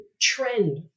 trend